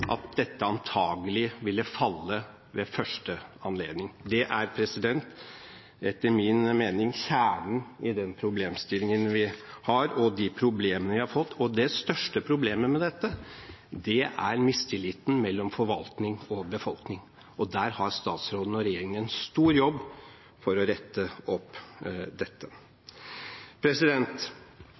at dette antagelig ville falle ved første anledning. Det er etter min mening kjernen i den problemstillingen vi har, og de problemene vi har fått. Det største problemet med dette er mistilliten mellom forvaltning og befolkning. Der har statsråden og regjeringen en stor jobb å gjøre for å rette opp dette.